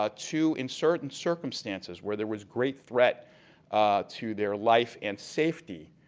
ah to in certain circumstances where there was great threat to their life and safety.